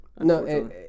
No